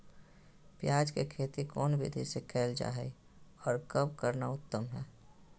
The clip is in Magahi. प्याज के खेती कौन विधि से कैल जा है, और कब करना उत्तम है?